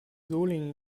solingen